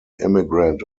immigrant